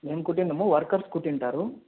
మేం కుట్టిండము వర్కర్స్ కుట్టింటారు